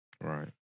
Right